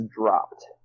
dropped